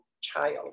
child